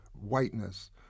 whiteness